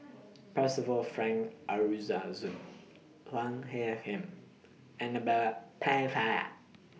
Percival Frank Chua He Khim Annabel Pennefather